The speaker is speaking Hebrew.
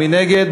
מי נגד?